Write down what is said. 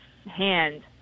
hand